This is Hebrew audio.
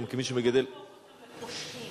לא להפוך אותם לפושעים.